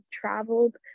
traveled